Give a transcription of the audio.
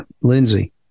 Lindsey